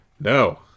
No